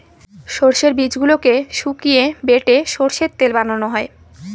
সর্ষের বীজগুলোকে শুকিয়ে বেটে সর্ষের তেল বানানো হয়